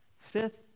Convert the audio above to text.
Fifth